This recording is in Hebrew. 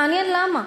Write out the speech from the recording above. ומעניין למה.